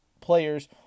players